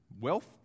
wealth